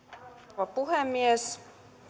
rouva puhemies